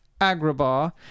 Agrabah